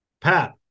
Pat